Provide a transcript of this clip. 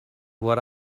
what